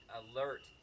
alert